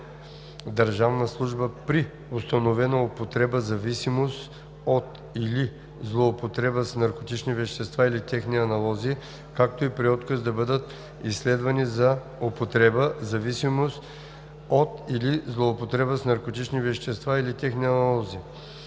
държавна служба при установена употреба, зависимост от или злоупотреба с наркотични вещества или техни аналози, както и при отказ да бъдат изследвани за употреба, зависимост от или злоупотреба с наркотични вещества или техни аналози.